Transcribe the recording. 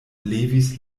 levis